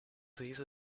please